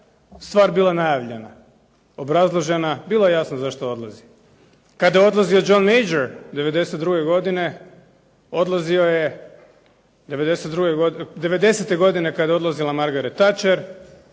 stvar bila najavljena, obrazložena. Bilo je jasno zašto odlazi. Kada je odlazio John Major 92. godine odlazio je, 90. godine kada je odlazila Margaret Thatcher